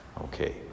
Okay